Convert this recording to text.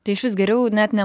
tai išvis geriau net ne